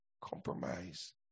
compromise